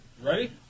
Ready